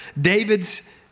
David's